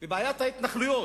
ובעיית ההתנחלויות,